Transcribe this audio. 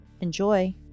Enjoy